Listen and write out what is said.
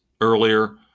earlier